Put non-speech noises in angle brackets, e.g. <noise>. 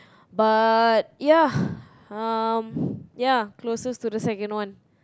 but ya um <breath> ya closest to the second one